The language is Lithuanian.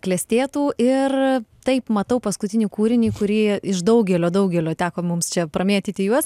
klestėtų ir taip matau paskutinį kūrinį kurį iš daugelio daugelio teko mums čia pramėtyti juos